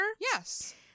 Yes